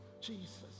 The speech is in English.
Jesus